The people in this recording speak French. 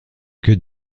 que